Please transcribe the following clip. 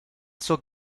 zur